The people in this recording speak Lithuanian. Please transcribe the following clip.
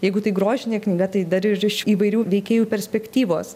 jeigu tai grožinė knyga tai dar ir iš įvairių veikėjų perspektyvos